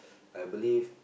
I believe